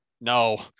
No